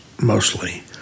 mostly